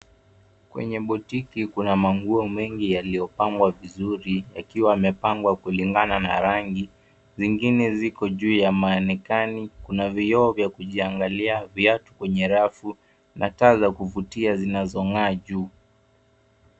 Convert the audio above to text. Kwenye botiki kuna manguo mengi yaliyopangwa vizuri yakiwa yamepangwa kulinfgana na rangi. Zingine ziko juu ya maonekani, kuna vioo vya kujiangalia viatu kwenye rafu na taa za kuvutia zinazong'aa juu.